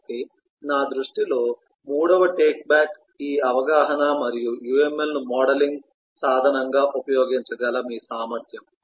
కాబట్టి నా దృష్టిలో మూడవ టేక్ మీ అవగాహన మరియు UML ను మోడలింగ్ సాధనంగా ఉపయోగించగల మీ సామర్థ్యం